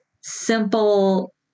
simple